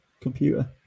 computer